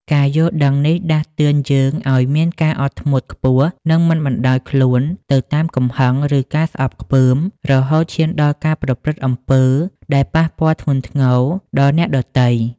ការយល់ដឹងនេះដាស់តឿនយើងឲ្យមានការអត់ធ្មត់ខ្ពស់ និងមិនបណ្ដោយខ្លួនទៅតាមកំហឹង ឬការស្អប់ខ្ពើម រហូតឈានដល់ការប្រព្រឹត្តអំពើដែលប៉ះពាល់ធ្ងន់ធ្ងរដល់អ្នកដទៃ។